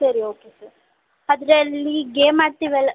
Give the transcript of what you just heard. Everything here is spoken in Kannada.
ಸರಿ ಓಕೆ ಸರ್ ಅದರಲ್ಲಿ ಗೇಮ್ ಆಡ್ತೀವಲ್ಲ